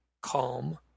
calm